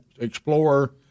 Explore